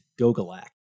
Gogolak